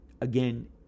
again